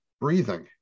breathing